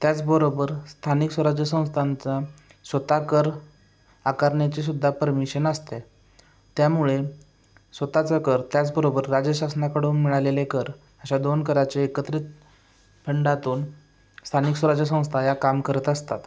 त्याचबरोबर स्थानिक स्वराज संस्थांचा स्वत कर आकारण्याचे सुद्धा परमिशन असते त्यामुळे स्वतःचा कर त्याचबरोबर राजशासनाकडून मिळालेले कर अशा दोन कराचे एकत्रित फंडातून स्थानिक स्वराज्य संस्था या काम करत असतात